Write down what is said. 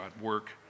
work